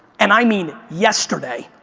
and i mean yesterday,